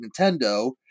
Nintendo